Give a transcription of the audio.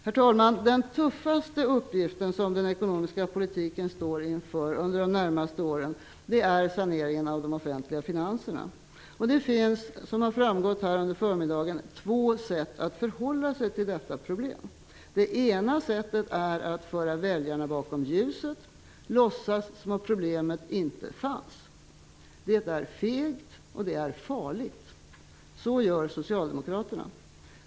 Herr talman! Den tuffaste uppgift som den ekonomiska politiken står inför under de närmaste åren är saneringen av de offentliga finanserna. Det finns, som det har framgått här under förmiddagen, två sätt att förhålla sig till detta problem. Det ena sättet är att föra väljarna bakom ljuset och låtsas som om problemet inte finns. Det är fegt, och det är farligt. Så gör Socialdemokraterna!